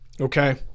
okay